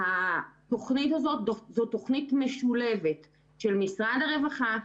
התוכנית הזאת היא תוכנית משולבת של משרד הרווחה,